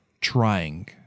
trying